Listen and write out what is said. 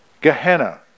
Gehenna